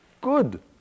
good